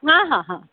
ହଁ ହଁ ହଁ